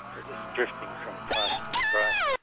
we're just drifting from crisis to crisis.